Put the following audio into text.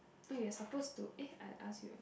oh you're supposed to eh I asked you already